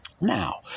Now